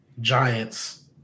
Giants